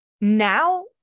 now